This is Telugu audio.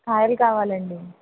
ఆయిల్ కావాలండి